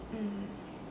mm